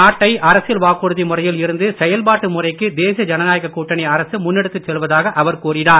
நாட்டை அரசியல் வாக்குறுதி முறையில் இருந்து செயல்பாட்டு முறைக்கு தேசிய ஜனநாயக கூட்டணி அரசு முன்னெடுத்துச் செல்வதாக அவர் கூறினார்